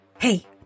Hey